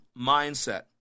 mindset